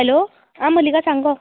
hello आं मलींका सांग गो